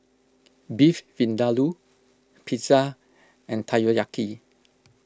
Beef Vindaloo Pizza and Takoyaki